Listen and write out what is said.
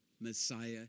Messiah